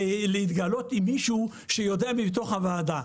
להתגלות עם מישהו שיודע מתוך הוועדה,